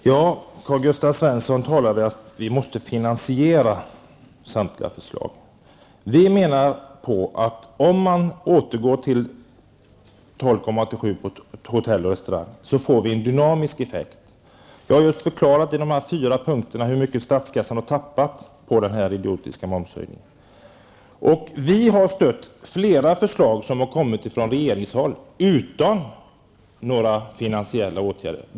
Herr talman! Karl-Gösta Svenson talade om att vi måste finansiera samtliga förslag. Vi menar att det om man återgår till momsnivån 12,87 % för hotelloch restaurangbranschen blir en dynamisk effekt. Jag har just i fyra punkter förklarat hur mycket statskassan har förlorat på den idiotiska momshöjningen. Vi har stött flera förslag från regeringshåll vilka inte varit kopplade till finansiella åtgärder.